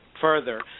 further